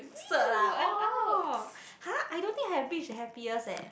cert ah oh !huh! I don't have reached the happiest eh